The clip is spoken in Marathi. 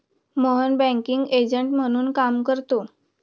मोहन बँकिंग एजंट म्हणून काम करतो